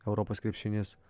europos krepšinis